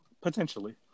Potentially